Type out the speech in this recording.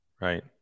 right